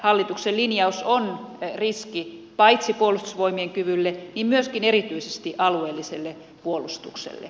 hallituksen linjaus on riski paitsi puolustusvoimien kyvylle niin myöskin erityisesti alueelliselle puolustukselle